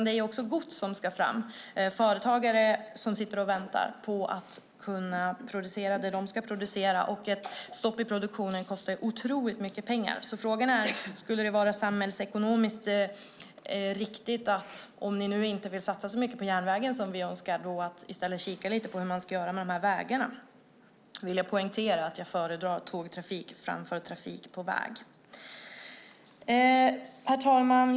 Det är också gods som ska fram. Företagare sitter och väntar på att kunna producera det de ska producera. Ett stopp i produktionen kostar otroligt mycket pengar. Frågan är om det skulle vara samhällsekonomiskt riktigt, om ni nu inte vill satsa så mycket på järnvägen som vi önskar, att i stället kika lite på hur man ska göra med de här vägarna. Jag vill då poängtera att jag föredrar tågtrafik framför trafik på väg. Herr talman!